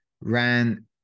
ran